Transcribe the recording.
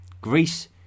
Greece